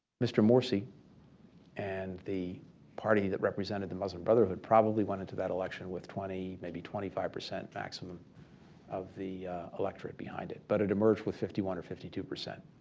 mr. morsi and the party that represented the muslim brotherhood probably went into that election with twenty, maybe twenty five percent maximum of the electorate behind it. but it emerged with fifty one or fifty two percent.